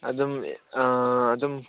ꯑꯗꯨꯝ ꯑꯗꯨꯝ